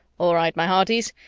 all right, my hearties.